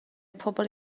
pobl